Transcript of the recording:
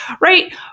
right